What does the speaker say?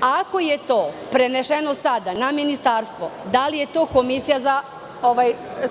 Ako je to preneseno sada na Ministarstvo, da li je to